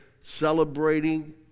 celebrating